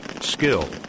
Skill